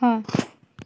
ହଁ